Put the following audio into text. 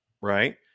right